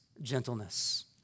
gentleness